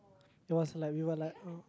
that was like we were like